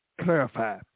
Clarify